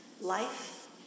life